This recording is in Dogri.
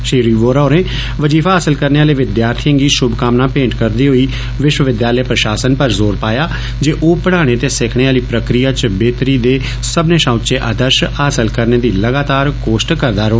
श्री वोहरा होरे वजीफा हासल करने आह्लें विद्यार्थियें गी षुमकामना भेंट करदे होई विष्वविद्यालय प्रषासन पर जोर पाया जे ओ पढ़ाने ते सिखने आहली प्रक्रिया च बेहतरी दे सब्बनें षा उच्चे आदर्ष हासल करने दी लगातार कोष्ट करदा रवै